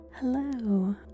hello